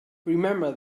remember